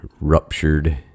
ruptured